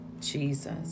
Jesus